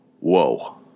whoa